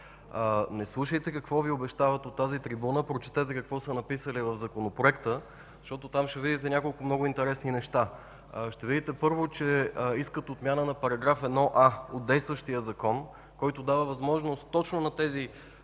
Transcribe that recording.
Не слушайте какво Ви обещават от тази трибуна. Прочетете какво са написали в Законопроекта. Там ще видите няколко интересни неща. Първо ще видите, че искат отмяна на § 1а от действащия Закон, който дава възможност точно на тези